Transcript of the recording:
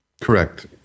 correct